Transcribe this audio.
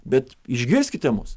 bet išgirskite mus